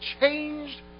changed